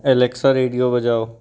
Alexa radio बजाओ